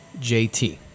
JT